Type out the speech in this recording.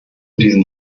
diesem